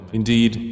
indeed